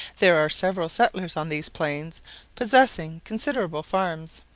there are several settlers on these plains possessing considerable farms.